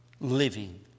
living